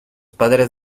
padres